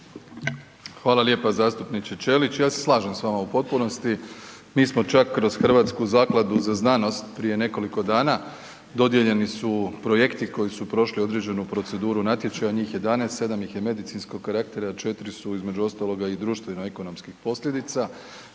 Hvala lijepo zastupniče Ćelić, ja se slažem s vama u potpunosti. Mi smo čak kroz Hrvatsku zakladu za znanost prije nekoliko dana, dodijeljeni su projekti koji su prošli određenu proceduru natječaja, njih 11, 7 ih je medicinskog karaktera, 4 su, između ostaloga i društveno-ekonomskih posljedica.